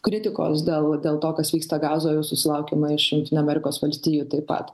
kritikos dėl dėl to kas vyksta gazoj jau susilaukiama iš jungtinių amerikos valstijų taip pat